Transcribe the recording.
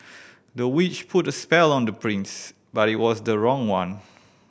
the witch put a spell on the prince but it was the wrong one